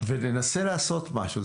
ננסה לעשות משהו.